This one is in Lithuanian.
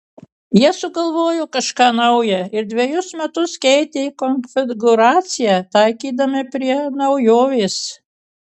jie sugalvojo kažką nauja ir dvejus metus keitė konfigūraciją taikydami prie naujovės